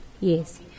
Yes